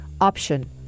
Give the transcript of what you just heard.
option